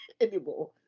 anymore